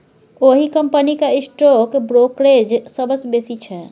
ओहि कंपनीक stock brokerage सबसँ बेसी छै